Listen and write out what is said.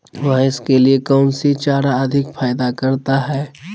भैंस के लिए कौन सी चारा अधिक फायदा करता है?